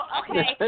okay